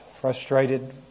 frustrated